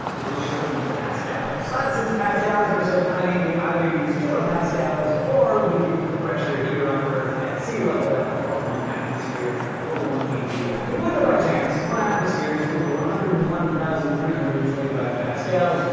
which is shortened to pascals. but since pascals are so tiny we either use kilopascals or we use the pressure here on earth at sea level, that we call one atmosphere or one atm. completely by chance, one atmosphere is equal to one hundred and one thousand three hundred and twenty five pascals,